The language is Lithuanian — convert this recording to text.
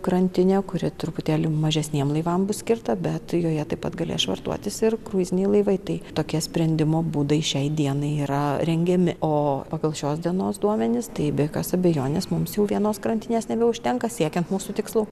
krantinę kuri truputėlį mažesniem laivam bus skirta bet joje taip pat galės švartuotis ir kruiziniai laivai tai tokie sprendimo būdai šiai dienai yra rengiami o pagal šios dienos duomenis tai be jokios abejonės mums jų vienos krantinės nebeužtenka siekiant mūsų tikslų